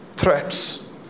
threats